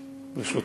היושב-ראש,